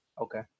Okay